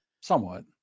somewhat